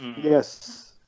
Yes